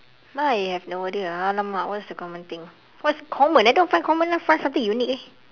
I have no idea !alamak! what's the common thing what's common I don't find common leh find something unique eh